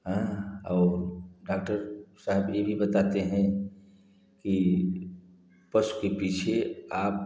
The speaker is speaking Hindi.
और डाक्टर साहब ये भी बताते हैं कि पशु के पीछे आप